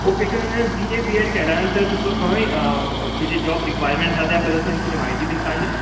okay so शाण्या BA B Ed केल्या नंतर तुका खंय जाॅब रिक्वायरमेन्टस आसा हेज्या बद्दल तुयेन कितें म्हायती बीन काडला